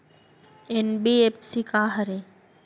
NBFC का हरे?